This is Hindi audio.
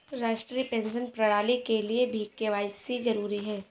राष्ट्रीय पेंशन प्रणाली के लिए भी के.वाई.सी जरूरी है